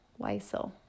Weisel